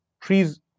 trees